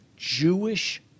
Jewish